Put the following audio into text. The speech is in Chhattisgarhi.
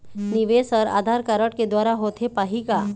निवेश हर आधार कारड के द्वारा होथे पाही का?